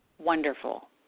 wonderful